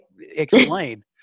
explain